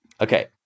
Okay